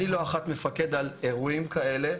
אני לא אחת מפקד על אירועים כאלה,